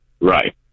Right